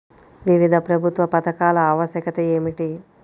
వివిధ ప్రభుత్వ పథకాల ఆవశ్యకత ఏమిటీ?